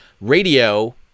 Radio